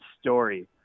story